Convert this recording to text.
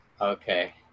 Okay